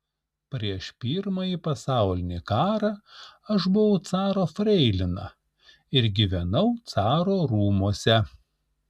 prieš pirmąjį pasaulinį karą aš buvau caro freilina ir gyvenau caro rūmuose